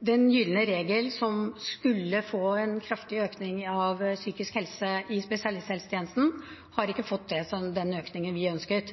Den gylne regel, som skulle føre til en kraftig økning innen psykisk helse i spesialisthelsetjenesten, har ikke fått den økningen vi ønsket,